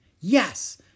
Yes